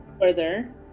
further